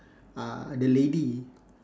uh the lady